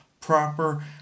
proper